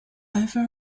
over